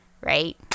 Right